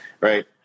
right